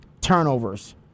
turnovers